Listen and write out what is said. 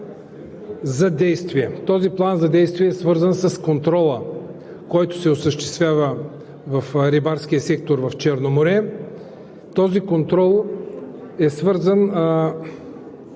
Този план за действие е свързан с контрола, който се осъществява в Рибарския сектор в Черно море. Този контрол е свързан,